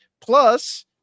plus